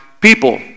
people